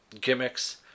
gimmicks